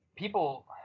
people